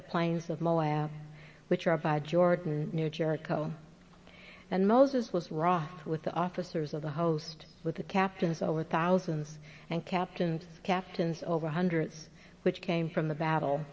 the plains of moab which are by jordan near jericho and moses was ross with the officers of the host with the captains over thousands and captains captains over hundreds which came from the battle